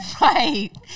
Right